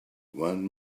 one